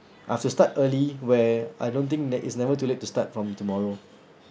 I've to start early where I don't think that it's never too late to start from tomorrow